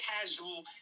casual